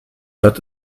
hat